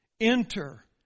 enter